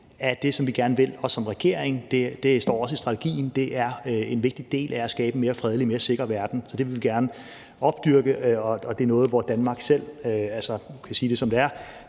af det, som vi gerne vil, og som regeringen gerne vil, og der står også i strategien, at det er en vigtig del af det at skabe en mere fredelig og en mere sikker verden. Så det vil vi gerne opdyrke, og nu kan jeg sige det, som det er: